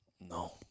No